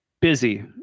busy